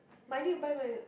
but I need to buy my